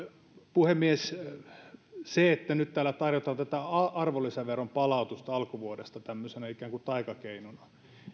puhemies kun nyt täällä tarjotaan tätä arvonlisäveron palautusta alkuvuodelta tämmöisenä ikään kuin taikakeinona